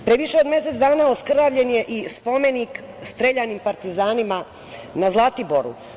Pre više od mesec dana oskrnavljen je i spomenik streljanim partizanima na Zlatiboru.